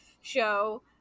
show